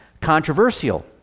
controversial